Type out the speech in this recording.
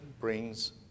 brings